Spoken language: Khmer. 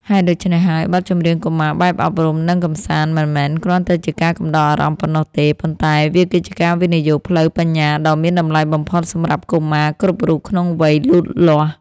ហេតុដូច្នេះហើយ បទចម្រៀងកុមារបែបអប់រំ និងកម្សាន្ត មិនមែនគ្រាន់តែជាការកំដរអារម្មណ៍ប៉ុណ្ណោះទេ ប៉ុន្តែវាគឺជាវិនិយោគផ្លូវបញ្ញាដ៏មានតម្លៃបំផុតសម្រាប់កុមារគ្រប់រូបក្នុងវ័យលូតលាស់